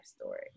story